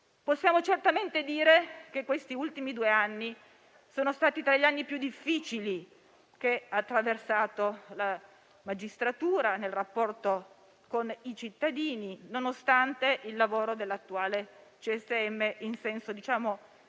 Possiamo certamente dire che questi ultimi due anni sono stati tra i più difficili che la magistratura ha attraversato nel rapporto con i cittadini, nonostante il lavoro dell'attuale CSM in senso